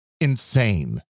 insane